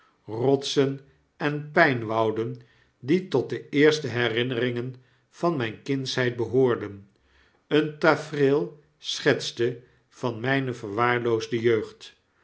rotsen en pynwouden die tot de eerste herinneringen van myne kindsheid behoorden een tafereei schetste van mijne verwaarloosde jeugd